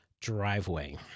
driveway